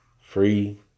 free